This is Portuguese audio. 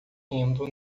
rindo